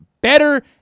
better